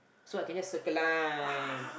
so I can just Circle Line